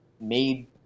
made